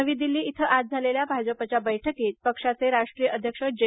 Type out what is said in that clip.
नवी दिल्ली इथं आज झालेल्या भाजपच्या बैठकीत पक्षाचे राष्ट्रीय अध्यक्ष जे